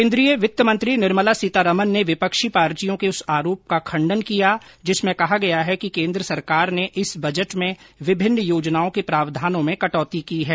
केन्द्रीय वित्त मंत्री निर्मला सीतारामन ने विपक्षी पार्टियों के उस आरोप का खंडन किया जिसमें कहा गया है कि केन्द्र सरकार ने इस बजट में विभिन्न योजनाओं के प्रावधानों में कटौती की है